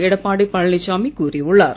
எடப்பாடி பழனிசாமி கூறியுள்ளார்